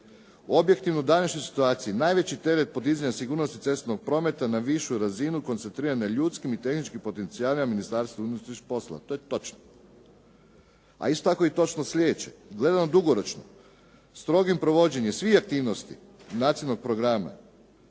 objektivno u današnjoj situaciji, najveći … /Govornik se ne razumije./ … podizanja sigurnosti cestovnog prometa na višu razinu koncentrirane ljudskim i tehničkim potencijalima Ministarstva unutrašnjih poslova. To je točno. Ali isto tako je točno i sljedeće, gledano dugoročno, strogim provođenjem svih aktivnosti nacionalnog programa